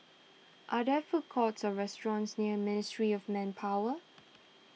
are there food courts or restaurants near Ministry of Manpower